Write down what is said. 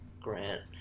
Grant